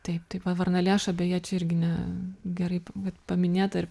taip tai va varnalėša beje čia irgi ne gerai p vat paminėta